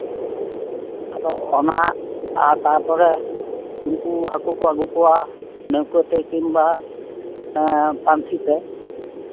ᱟᱫᱚ ᱚᱱᱟ ᱛᱟᱨᱯᱚᱨᱮ ᱩᱱᱠᱩ ᱦᱟᱹᱠᱩ ᱠᱚ ᱟᱹᱜᱩ ᱠᱚᱣᱟ ᱱᱟᱹᱣᱠᱟᱹᱛᱮ ᱠᱤᱢᱵᱟ ᱯᱷᱟᱱᱥᱤᱛᱮ